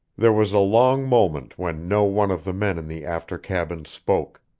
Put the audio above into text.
there was a long moment when no one of the men in the after cabin spoke.